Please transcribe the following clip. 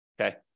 okay